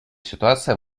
ситуация